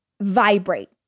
vibrate